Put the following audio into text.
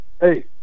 hey